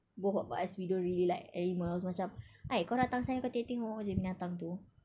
both of us we don't really like animals macam !hey! kau datang sayang kau tengok-tengok jer binatang tu